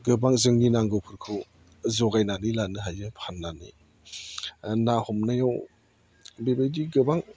गोबां जोंनि नांगौफोरखौ जगायनानै लानो हायो फाननानै ना हमनायाव बेबायदि गोबां